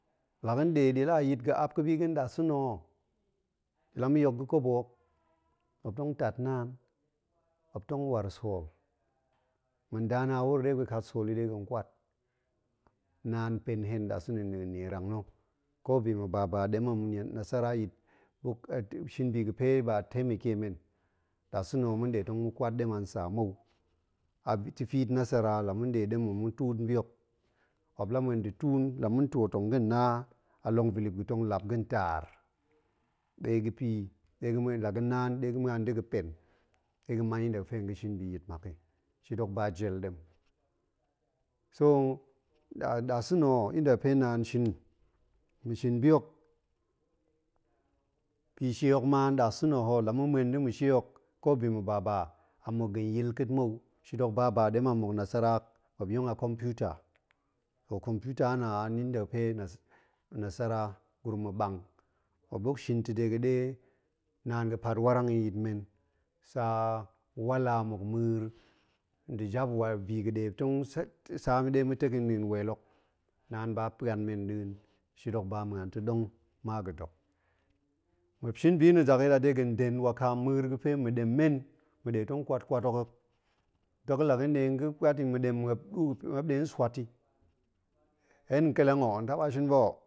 La ga̱n ɗe, nin la yit ga̱n ap ga̱ bi ga̱n nasa̱naa ho, la ma̱ yok ga̱ kobo hok, muop tong tat naan, muop tong war sool. ma̱n da na̱ a wuro ɗe ga̱ kat sool i de ga̱n kwat. naan pen hen nɗasa̱na̱ nɗin nierang na̱, ko bi ma̱ ba-ba ɗem a nasara i shin bi ga̱ pe ba taimake men, nasa̱na ho ma̱n ɗe tong ma̱ kwat ɗem an saa mou, a tifiit nasara, la ma̱n ɗe ɗem, tong ma̱ tuun bi, la muop ma̱en da̱ tuun, la ma̱n twoot, tong ga̱n na a longvilip ga̱ tong lap ga̱n taar, ɗe ga̱ pa̱ i, la ga̱ na, ɗe ga̱ ma̱an i da̱ ga̱ pen, ɗe ga̱ man inda ga̱ fe ga̱ shin i yit mak i, shit hok ba jel ɗem. so, ɗa-ɗasa̱na̱ ho inda ga̱ fe naan shin, ma̱ shin bi hok, bishie hok ma nɗasa̱ na ho la ma̱ ma̱en da̱ ma̱ shie hok, ko bi ma̱ ba-ba, a muk ga̱ yil ka̱a̱t mou, shit hok ba-ba ɗem a nmuk nasara hok, muop yonga computer to computer na̱ a inda ga̱ fe nasara gurum ma̱ ɓang muop buk shin ta̱ ɗe naan ga̱ pat warang i nyit men sa wala muk ma̱a̱r nda̱ jap war, bi ga̱ tong sek, sa ɗe tong ma̱ tek i nɗin wel hok, naan ba pa̱an men nɗin, shit hok ba ma̱an ta̱ ɗong, ma ga̱dok. muop shin bi na̱ zakyit a de ga̱n den wakam ma̱a̱r ga̱ fe ma̱ɗem men ma̱ ɗe tong kwat-kwat hok, dok la ga̱n ɗe ga̱ pwat i ma̱ɗem muop ɗuu muop ɗe swat i, hen ƙeleng o, hen taba shin ba o